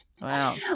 Wow